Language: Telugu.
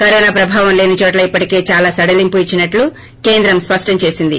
కరోనా ప్రభావం లేనిచోట్ల ఇప్పటికే చాలా సడలీంపు ఇచ్చినట్లు కేంద్రం స్పష్టం చేసింది